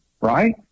right